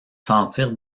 sentirent